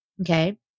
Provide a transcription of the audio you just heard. Okay